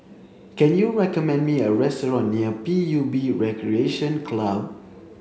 can you recommend me a restaurant near P U B Recreation Club